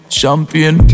champion